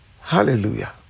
Hallelujah